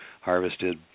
harvested